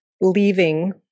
leaving